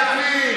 יעזור.